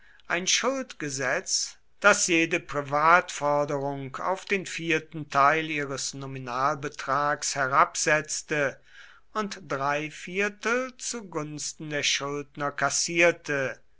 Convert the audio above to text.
ein schuldgesetz das jede privatforderung auf den vierten teil ihres nominalbetrags herabsetzte und drei viertel zu gunsten der schuldner kassierte